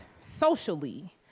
socially